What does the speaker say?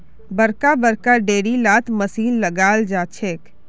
बड़का बड़का डेयरी लात मशीन लगाल जाछेक